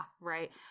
Right